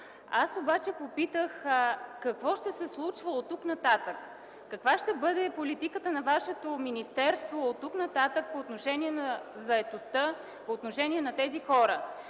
Аз обаче попитах какво ще се случва оттук-нататък? Каква ще бъде политиката на Вашето министерство оттук-нататък по отношение на заетостта, по отношение на тези хора,